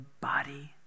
body